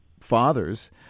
fathers